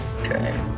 Okay